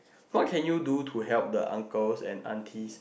what can you do to help the uncles and aunties